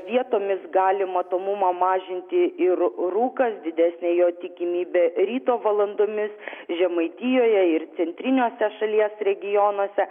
vietomis gali matomumą mažinti ir rūkas didesnė jo tikimybė ryto valandomis žemaitijoje ir centriniuose šalies regionuose